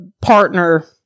partner